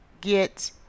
get